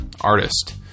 artist